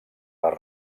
les